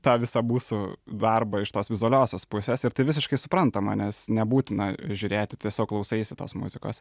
tą visą mūsų darbą iš tos vizualiosios pusės ir tai visiškai suprantama nes nebūtina žiūrėti tiesiog klausaisi tos muzikos